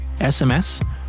SMS